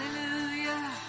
Hallelujah